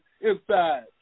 inside